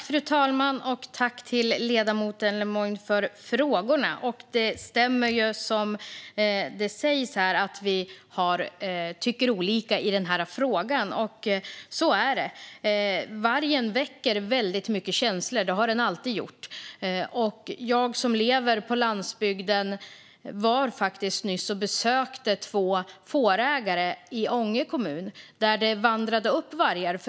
Fru talman! Tack, ledamoten Le Moine, för frågorna! Det stämmer att vi tycker olika i denna fråga - så är det. Vargen väcker väldigt mycket känslor. Det har den alltid gjort. Jag som lever på landsbygden besökte nyligen två fårägare i Ånge kommun, där det vandrar upp vargar.